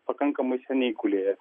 pakankamai seniai gulėję